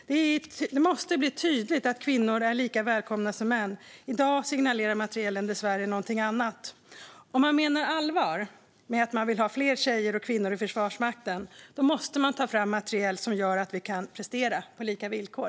Det måste bli tydligt att kvinnor är lika välkomna som män. I dag signalerar materielen dessvärre något annat. Om man menar allvar med att man vill ha fler tjejer och kvinnor i Försvarsmakten måste man ta fram materiel som gör att vi kan prestera på lika villkor.